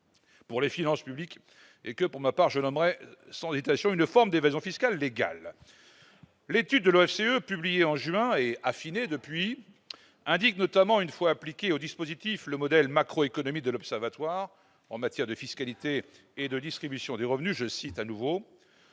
pour les finances publiques et que, pour ma part, je nommerai sans hésitation une forme d'« évasion fiscale légale ». L'étude de l'OFCE, publiée au mois de juin dernier et affinée depuis, apporte les précisions suivantes, une fois appliqué au dispositif le modèle macroéconomique de l'Observatoire en matière de fiscalité et de distribution des revenus :« Selon nos